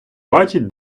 бачить